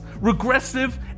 regressive